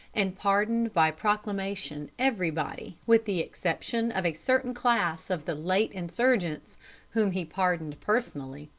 and pardoned by proclamation everybody, with the exception of a certain class of the late insurgents whom he pardoned personally.